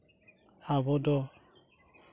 ᱟᱵᱚ ᱫᱚ